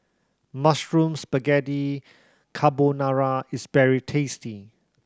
Mushroom Spaghetti Carbonara is very tasty